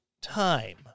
time